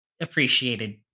appreciated